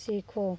सीखो